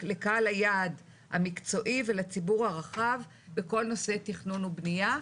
לקהל היעד המקצועי ולציבור הרחב בכל נושא תכנון ובניה.